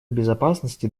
безопасности